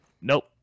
Nope